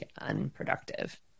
unproductive